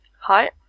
Hi